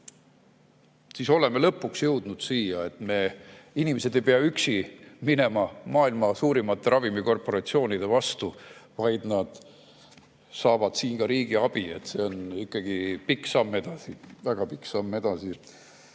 siis oleme lõpuks jõudnud siia, et me inimesed ei pea üksi minema maailma suurimate ravimikorporatsioonide vastu, vaid nad saavad siin ka riigi abi. See on ikkagi pikk samm edasi, väga pikk samm edasi.